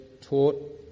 taught